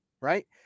right